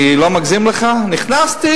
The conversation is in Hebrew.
אני לא מגזים, נכנסתי